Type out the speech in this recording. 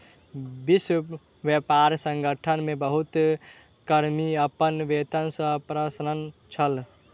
विश्व व्यापार संगठन मे बहुत कर्मी अपन वेतन सॅ अप्रसन्न छल